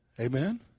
Amen